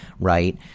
right